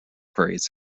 prairies